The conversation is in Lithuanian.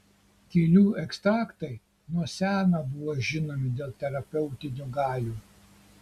gėlių ekstraktai nuo seno buvo žinomi dėl terapeutinių galių